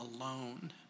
alone